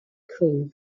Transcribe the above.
cream